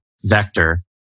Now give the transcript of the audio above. Vector